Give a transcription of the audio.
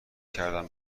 کردم